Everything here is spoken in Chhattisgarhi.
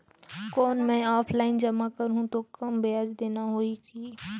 कौन मैं ऑफलाइन जमा करहूं तो कम ब्याज देना होही की?